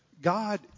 God